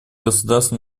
государств